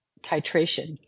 titration